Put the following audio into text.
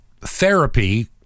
therapy